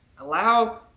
Allow